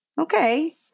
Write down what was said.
Okay